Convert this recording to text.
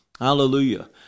Hallelujah